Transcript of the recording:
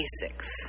basics